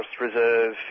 reserve